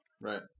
Right